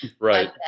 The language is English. Right